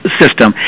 system